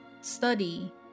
study